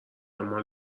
مال